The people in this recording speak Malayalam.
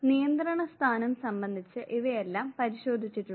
നിയന്ത്രണ സ്ഥാനം സംബന്ധിച്ച് ഇവയെല്ലാം പരിശോധിച്ചിട്ടുണ്ട്